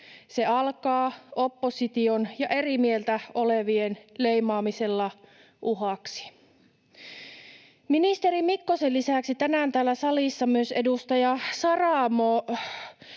Se alkaa opposition ja eri mieltä olevien leimaamisella uhaksi. Ministeri Mikkosen lisäksi tänään täällä salissa myös edustaja Saramo